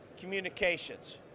communications